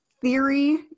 theory